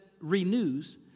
Renews